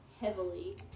heavily